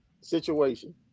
situation